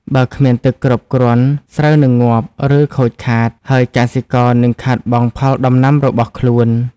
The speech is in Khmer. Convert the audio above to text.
បើគ្មានទឹកគ្រប់គ្រាន់ ស្រូវនឹងងាប់ ឬខូចខាត ហើយកសិករនឹងខាតបង់ផលដំណាំរបស់ខ្លួន។